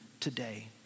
today